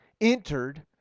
entered